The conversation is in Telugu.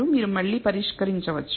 మీరు మళ్ళీ పరీక్షించవచ్చు